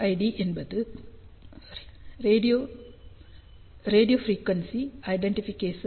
RFID என்பது radio frequency identification